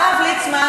הרב ליצמן,